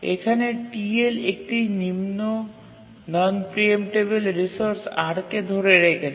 এখানে TL একটি নিম্ন নন প্রিএমটেবিল রিসোর্স R কে ধরে রেখেছে